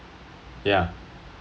yeah